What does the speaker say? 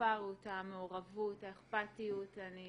השפה הרהוטה, המעורבות, האכפתיות, אני